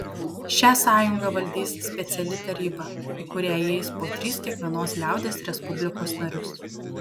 šią sąjungą valdys speciali taryba į kurią įeis po tris kiekvienos liaudies respublikos narius